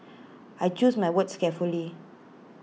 I choose my words carefully